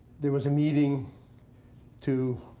there was a meeting to